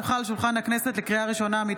למשרת בשירות מילואים פעיל)